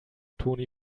toni